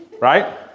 Right